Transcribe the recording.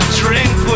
drink